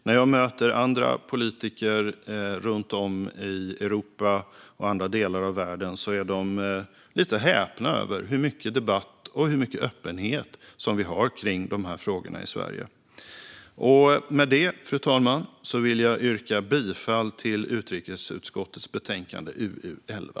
När jag möter andra politiker runt om i Europa och andra delar av världen är de lite häpna över hur mycket debatt och hur mycket öppenhet vi har kring de här frågorna i Sverige. Med detta, fru talman, vill jag yrka bifall till utskottets förslag i betänkande UU11.